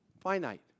finite